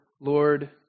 Lord